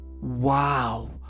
Wow